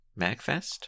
MAGFest